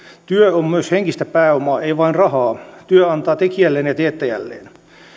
työ on myös henkistä pääomaa ei vain rahaa työ antaa tekijälleen ja teettäjälleen